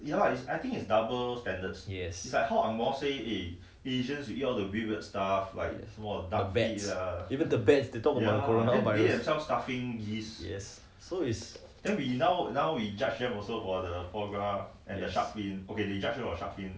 yes the bats even the bats that cause the coronavirus yes so is